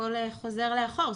הכל חוזר לאחור.